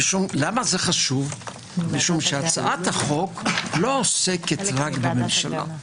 זה חשוב כי הצעת החוק לא עוסקת רק בממשלה.